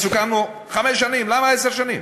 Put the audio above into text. אז סיכמנו חמש שנים, למה עשר שנים?